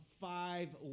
five